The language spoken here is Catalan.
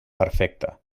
perfecte